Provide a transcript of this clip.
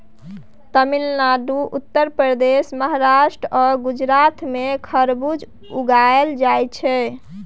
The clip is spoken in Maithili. तमिलनाडु, उत्तर प्रदेश, महाराष्ट्र आ गुजरात मे खरबुज उगाएल जाइ छै